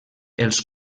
els